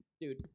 Dude